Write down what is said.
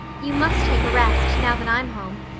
you must take a rest, now that i'm home.